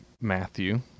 Matthew